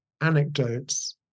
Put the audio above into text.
anecdotes